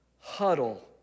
huddle